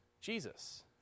Jesus